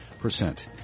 percent